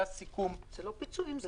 היה סיכום --- זה לא פיצויים,